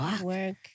work